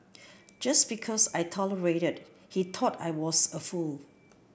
just because I tolerated he thought I was a fool